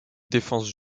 défense